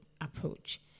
approach